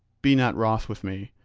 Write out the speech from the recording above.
be not wroth with me,